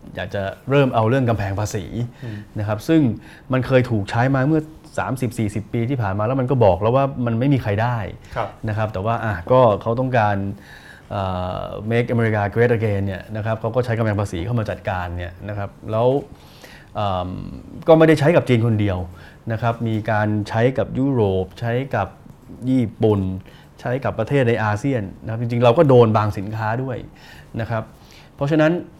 อยากจะเริ่มเอาเรื่องกำแพงภาษีอืมนะครับ ซึ่งมันเคยถูกใช้มาเมื่อ 30-40 ปีที่ผ่านมา แล้วมันก็บอกแล้วว่ามันไม่มีใครได้ครับนะครับ แต่ว่าอ่ะก็เขาต้องการ เอ่อ make America great again เนี่ยนะครับ เขาก็ใช้กำแพงภาษีเข้ามาจัดการเนี่ยนะครับ แล้วเอิ่มก็ไม่ได้ใช้กับจีนคนเดียวนะครับ มีการใช้กับยุโรป ใช้กับญี่ปุ่น ใช้กับประเทศในอาเซียนนะครับ จริงๆเราก็โดนบางสินค้าด้วยนะครับ เพราะฉะนั้น